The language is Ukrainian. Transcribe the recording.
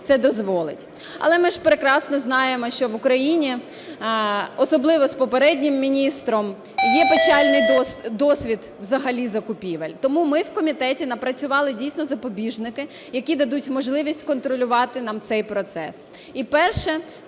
це дозволить. Але ми ж прекрасно знаємо, що в Україні, особливо з попереднім міністром, є печальний досвід взагалі закупівель. Тому ми в комітеті напрацювали дійсно запобіжники, які дадуть можливість контролювати нам цей процес. І перше